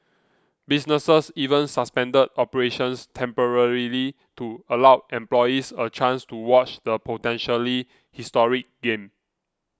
businesses even suspended operations temporarily to allow employees a chance to watch the potentially historic game